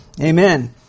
Amen